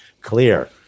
clear